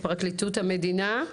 פרקליטות המדינה?